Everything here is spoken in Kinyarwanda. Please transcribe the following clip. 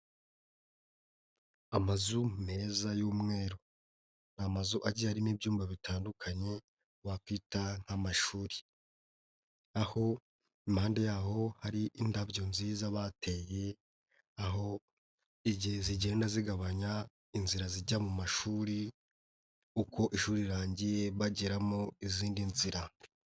Amazu meza y'umweru. Ni amazu agiye arimo ibyumba bitandukanye, wakwita nk'amashuri. Aho impande yaho hari indabyo nziza bateye, aho zigenda zigabanya inzira zijya mu mashuri, uko ishuri rirangiye bageramo izindi nzira.